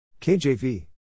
KJV